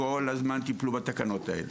הם כל הזמן טיפלו בתקנות האלה.